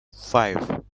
five